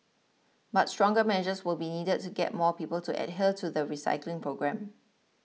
but stronger measures will be needed to get more people to adhere to the recycling program